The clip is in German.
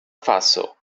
faso